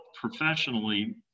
professionally